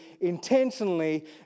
intentionally